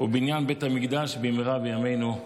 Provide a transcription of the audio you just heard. ובניין בית המקדש במהרה בימינו.